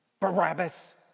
Barabbas